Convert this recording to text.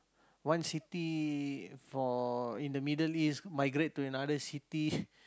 one city for in the middle city migrate to another city